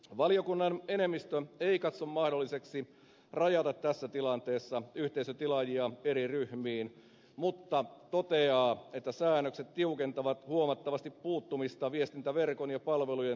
valiokunnan enemmistö ei katso mahdolliseksi rajata tässä tilanteessa yhteisötilaajia eri ryhmiin mutta toteaa että säännökset tiukentavat huomattavasti puuttumista viestintäverkon ja palvelujen luvattomaan käyttöön